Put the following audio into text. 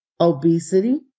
obesity